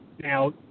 now